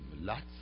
lots